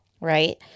right